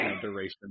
duration